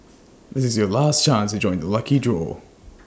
this is your last chance to join the lucky draw